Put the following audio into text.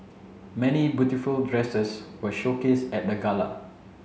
many beautiful dresses were showcased at the gala